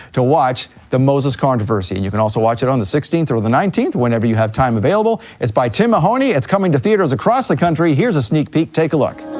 to watch the moses controversy. and you can also watch it on the sixteenth or the nineteenth, whenever you have time available. it's by tim mahoney, it's coming to theaters across the country, here's a sneak peek, take a look.